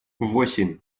восемь